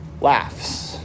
laughs